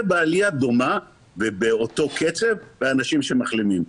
בעלייה דומה ובאותו קצב לאנשים שמחלימים.